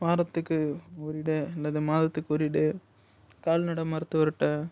வாரத்துக்கு ஒரு ஈடு அல்லது மாதத்துக்கு ஒரு ஈடு கால்நடை மருத்துவர்கிட்ட